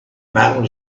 metal